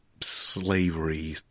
slavery